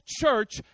church